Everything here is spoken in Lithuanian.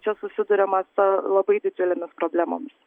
čia susiduriama su labai didžiulėmis problemomis